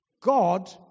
God